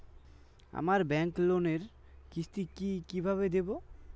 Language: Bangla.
আমার ব্যাংক লোনের কিস্তি কি কিভাবে দেবো?